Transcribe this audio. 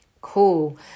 cool